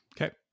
Okay